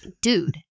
Dude